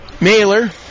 Mailer